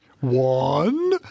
One